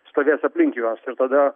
stovės aplink juos ir tada